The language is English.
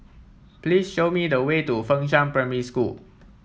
please show me the way to Fengshan Primary School